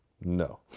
No